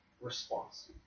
response